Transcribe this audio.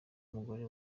mugore